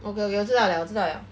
okay okay 我知道了我知道了